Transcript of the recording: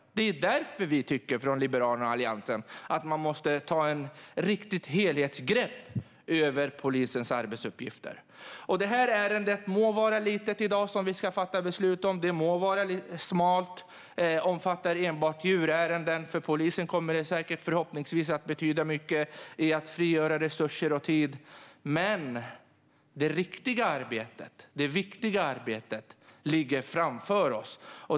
Det är därför vi i Liberalerna och Alliansen tycker att ett riktigt helhetsgrepp måste tas på polisens arbetsuppgifter. Det må vara att det ärende som vi ska fatta beslut om i dag är litet och smalt och att det enbart omfattar djurärenden - för polisen kommer detta förhoppningsvis att betyda mycket när det gäller att frigöra resurser och tid - men det riktiga och viktiga arbetet ligger framför oss.